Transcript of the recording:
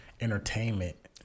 entertainment